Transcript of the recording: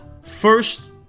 first